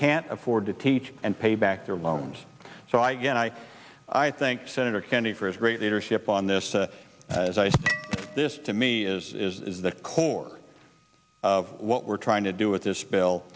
can't afford to teach and pay back their loans so i again i i think senator kennedy for his great leadership on this as i say this to me is the core of what we're trying to do with this bill